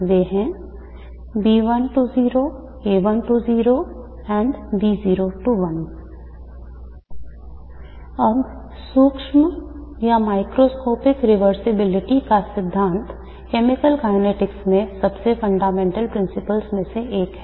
वे हैं और अब सूक्ष्म उत्क्रमणीयता का सिद्धांत chemical kinetics में सबसे fundamental principles में से एक है